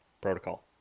Protocol